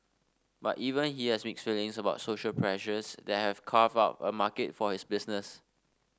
but even he has mixed feelings about social pressures that have carved out a market for his business